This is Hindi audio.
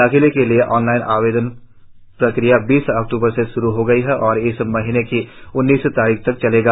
दाखिले के लिए ऑनलाइन आवेदन प्रक्रिया बीस अक्टूबर से श्रु हो गई है और इस महीने की उन्नीस तारीख तक चलेगी